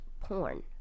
porn